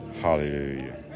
Hallelujah